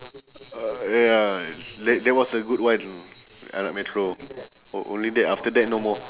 uh ya that that was a good one anak metro on~ only that after that no more